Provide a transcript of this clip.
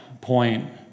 point